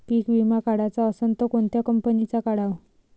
पीक विमा काढाचा असन त कोनत्या कंपनीचा काढाव?